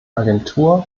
agentur